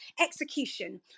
execution